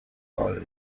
colle